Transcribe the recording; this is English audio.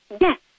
Yes